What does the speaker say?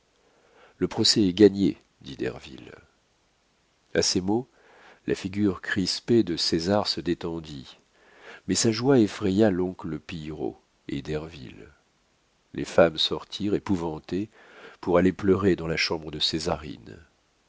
le procès est gagné dit derville a ces mots la figure crispée de césar se détendit mais sa joie effraya l'oncle pillerault et derville les femmes sortirent épouvantées pour aller pleurer dans la chambre de